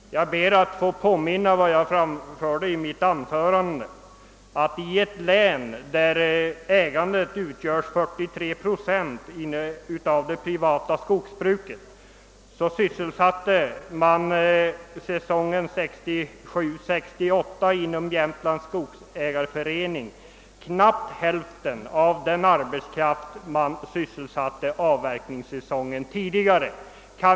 Jag ber att få påminna om vad jag sade i mitt tidigare anförande. I Jämtlands län, där det privatägda skogsbruket utgör 43 procent, sysselsattes säsongen 1967— 1968 inom Jämtlands skogsägareförening knappt hälften av den arbetskraft som sysselsattes under den föregående avverkningssäsongen.